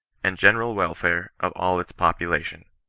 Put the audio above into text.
and general welfare of all its popu lation.